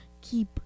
keep